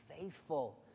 faithful